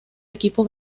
equipo